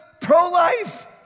pro-life